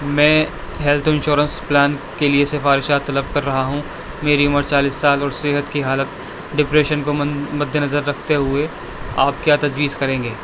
میں health insurance plan کے لیے سفارشات طلب کر رہا ہوں میری عمر چالیس سال اور صحت کی حالت ڈپریشن کو مد نظر رکھتے ہوئے آپ کیا تجویز کریں گے